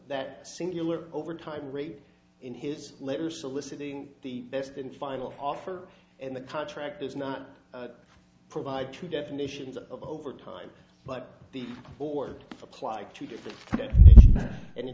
that singular overtime rate in his letter soliciting the best and final offer and the contract is not provide true definitions of over time but the board applied to